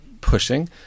pushing